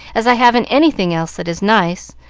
as i haven't anything else that is nice,